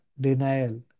denial